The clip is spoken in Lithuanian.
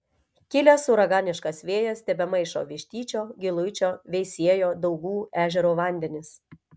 kilęs uraganiškas vėjas tebemaišo vištyčio giluičio veisiejo daugų ežero vandenis